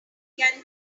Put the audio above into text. can